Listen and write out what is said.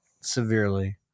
Severely